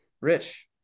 Rich